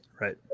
right